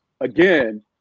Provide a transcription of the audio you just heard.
again –